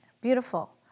beautiful